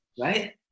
Right